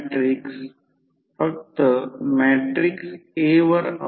तर जर हे व्होल्टेज V2 30V आहे आणि हे 24 अँपिअर आहे तर ते देखील 720 व्होल्ट अँपिअर आहे